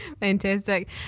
Fantastic